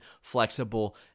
flexible